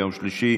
ביום שלישי,